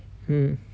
mm